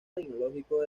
tecnológico